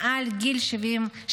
מעל גיל 67,